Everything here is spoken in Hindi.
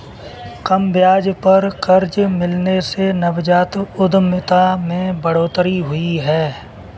कम ब्याज पर कर्ज मिलने से नवजात उधमिता में बढ़ोतरी हुई है